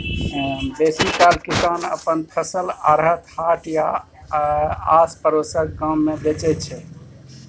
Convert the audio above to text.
बेसीकाल किसान अपन फसल आढ़त, हाट या आसपरोसक गाम मे बेचै छै